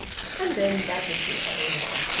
and then that would be over.